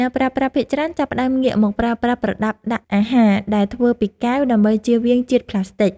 អ្នកប្រើប្រាស់ភាគច្រើនចាប់ផ្តើមងាកមកប្រើប្រាស់ប្រដាប់ដាក់អាហារដែលធ្វើពីកែវដើម្បីចៀសវាងជាតិប្លាស្ទិក។